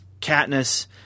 Katniss